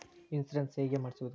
Insurance ಹೇಗೆ ಮಾಡಿಸುವುದು?